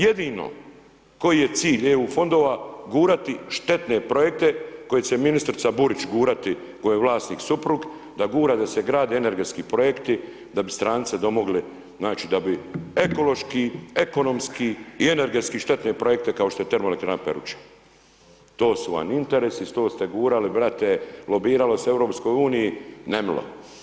Jedino koji je cilj EU fondova, gurati štetne projekte koje će ministrica Burić gurati, koje je vlasnik suprug, da gura da se grade energetski projekti da bi strance domogli, znači, da bi ekološki, ekonomski i energetski štetne projekte, kao što je Termoelektrana Peruča, to su vam interesi i to ste gurali, brate, lobiralo se u Europskoj uniji nemilo.